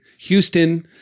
Houston